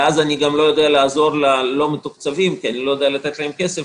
ואז אני גם לא יודע לעזור ללא מתוקצבים כי אני לא יודע לתת להם כסף,